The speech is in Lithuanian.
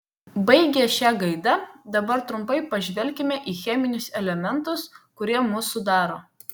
baigę šia gaida dabar trumpai pažvelkime į cheminius elementus kurie mus sudaro